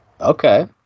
Okay